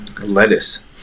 lettuce